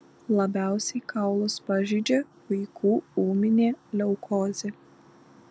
labiausiai kaulus pažeidžia vaikų ūminė leukozė